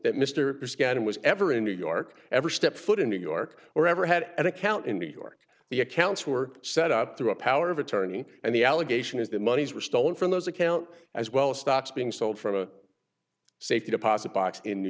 that mr gannon was ever in new york ever stepped foot in new york or ever had an account in new york the accounts were set up through a power of attorney and the allegation is that monies were stolen from those account as well as stocks being sold from a safety deposit box in new